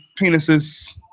penises